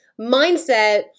mindset